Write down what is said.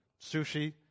sushi